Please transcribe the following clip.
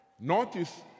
notice